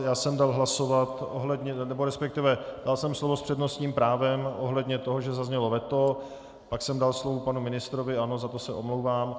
Já jsem dal hlasovat ohledně, resp. dal jsem slovo s přednostním právem ohledně toho, že zaznělo veto, pak jsem dal slovo panu ministrovi, ano, za to se omlouvám.